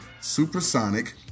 Supersonic